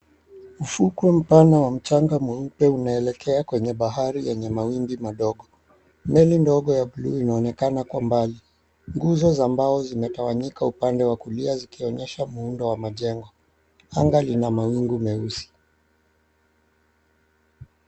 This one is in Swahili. Mfuko mpana wa mchanga mweupe unaelekea kwenye bahari ya mawimbi madogo, meli ndogo ya bluu inaonekana kwa mbali, nguzo za mbao zimetawanyika upande wa kulia zikionyesha muundo wa majengo, anga lina mawingu meusi.